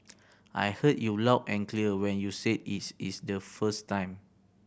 I heard you loud and clear when you said is is the first time